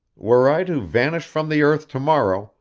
were i to vanish from the earth tomorrow,